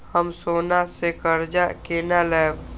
हम सोना से कर्जा केना लैब?